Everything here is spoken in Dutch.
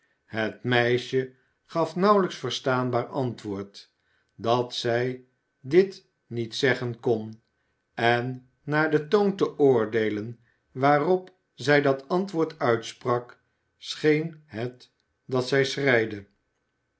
het meisje gaf nauwelijks verstaanbaar antwoord dat zij dit niet zeggen kon en naar den toon te oordeelen waarop zij dat antwoord uitsprak scheen het dat zij